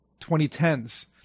2010s